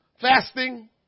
fasting